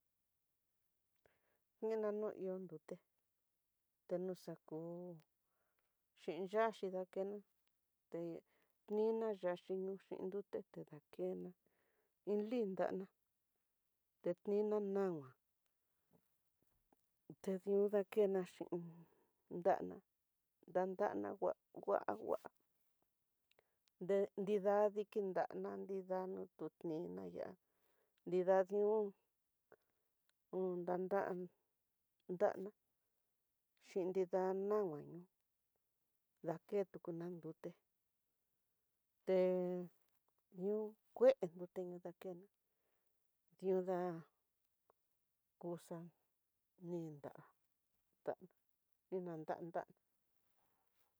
Mena no ihó nduté teno xaku xhin yaxhi ndakena, te nina ndayen yuté, te dakena iin lin danná, ndetina nama te dió dakena xhin ndana ndandana ngua ngua ngua nde ndrida diki nrana, nridana tudtina yá, nida nu un danada ndana xhin nida nama ño'o, daketu tu nrá nrute té di'ó kué nrute ñoo ndakeno di'ú ndá kuxa ninda ninanda nda.